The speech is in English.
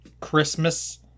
christmas